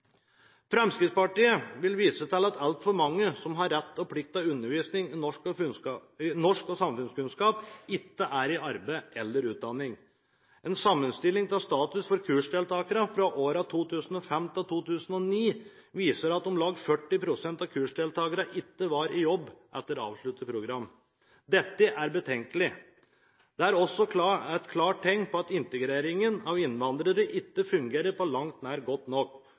Fremskrittspartiet vil vise til at altfor mange som har rett og plikt til undervisning i norsk og samfunnskunnskap, ikke er i arbeid eller under utdanning. En sammenstilling av status for kursdeltakerne fra årene 2005 til 2009 viser at om lag 40 pst. av kursdeltakerne ikke var i jobb etter avsluttet program. Dette er betenkelig. Det er også et klart tegn på at integreringen av innvandrere ikke på langt nær fungerer godt nok,